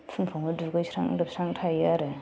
फुं फुङाव दुगैस्रां लोबस्रां थायो आरो